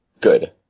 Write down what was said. good